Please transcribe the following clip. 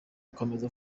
akomeza